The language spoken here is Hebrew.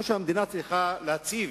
או שהמדינה צריכה להציב